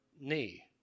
knee